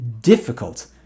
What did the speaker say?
difficult